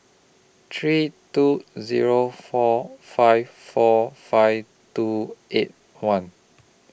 three two Zero four five four five two eight one